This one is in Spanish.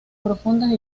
profundas